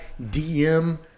DM